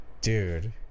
Dude